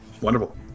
Wonderful